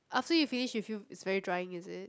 after you finish you feel it's very drying is it